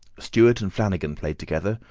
stuart and flanagan played together,